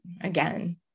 again